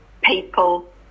people